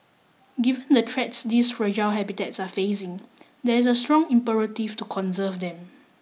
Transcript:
given the threats these fragile habitats are facing there is a strong imperative to conserve them